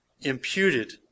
imputed